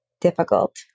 difficult